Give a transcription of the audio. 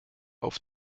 auf